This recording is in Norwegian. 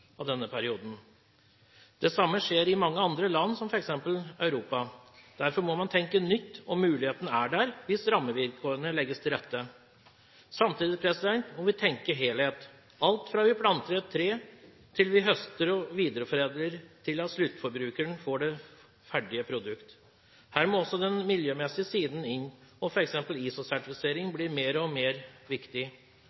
mange andre land, f.eks. i Europa. Derfor må man tenke nytt, og muligheten er der hvis rammevilkårene legges til rette. Samtidig må vi tenke helhet, alt fra vi planter et tre, til vi høster det og videreforedler, til sluttforbrukeren får det ferdige produkt. Her må også den miljømessige siden inn, og